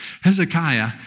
Hezekiah